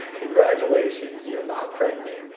congratulations! you're not pregnant.